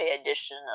edition